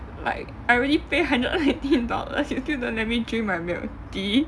like I already pay hundred nineteen dollars you still don't let me drink my milk tea